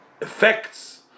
effects